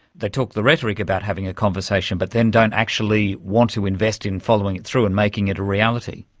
they talk the rhetoric about having a conversation but then don't actually want to invest in following it through and making it a reality?